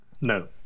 No